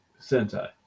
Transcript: Sentai